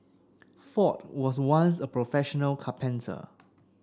Ford was once a professional carpenter